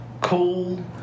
Cool